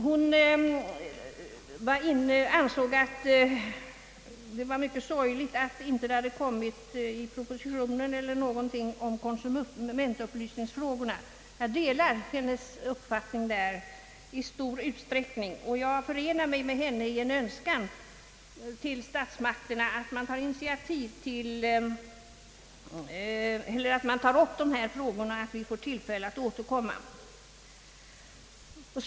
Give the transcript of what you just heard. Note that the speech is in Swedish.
Fröken Mattson ansåg det vara mycket sorgligt att i propositionen inte heller hade tagits upp någonting om konsumentupplysningsfrågorna. Jag delar hennes uppfattning i stor utsträckning och jag hoppas att statsmakterna tar upp dessa frågor så att vi får tillfälle att återkomma om detta.